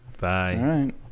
Bye